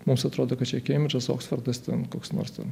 mums atrodo kad čia kembridžas oksfordas ten koks nors ten